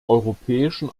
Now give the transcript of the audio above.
europäischen